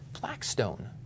Blackstone